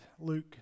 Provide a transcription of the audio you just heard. Luke